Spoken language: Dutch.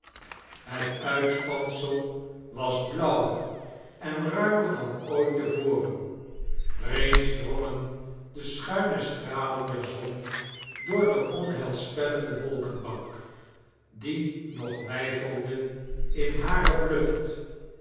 het uitspansel was blauwer en ruimer dan ooit te voren reeds drongen de schuine stralen der zon door de onheilspellendje wolkenbank die nog weifelde in hare vlucht